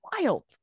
wild